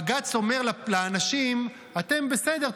בג"ץ אומר לאנשים: אתם בסדר,